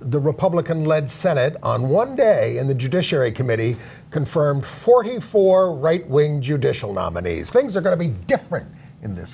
the republican led senate on one day in the judiciary committee confirmed forty four right wing judicial nominees things are going to be different in this